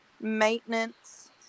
maintenance